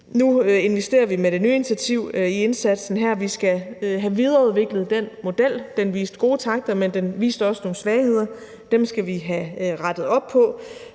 Nu investerer vi med det her nye initiativ i indsatsen, og vi skal have videreudviklet den model, som har vist gode takter, men den har også vist nogle svagheder. Dem skal vi have rettet op på,